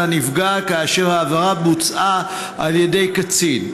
הנפגע כאשר העבירה בוצעה על ידי קטין.